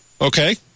Okay